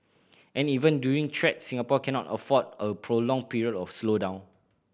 and even during threats Singapore cannot afford a prolonged period of slowdown